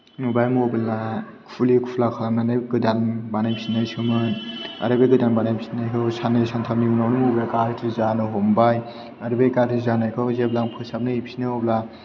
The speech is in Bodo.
नुबाय मबाइलआ खुलि खुला खालामनानै गोदान बानाय फिननायसोमोन आरो बे गोदान बानायफिनायखौ साननै सानथामनि उनावनो मबाइला गाज्रि जानो हमबाय आरो बे गाज्रि जानायखौ जेब्ला फोसाबनानै हैफिनो अब्ला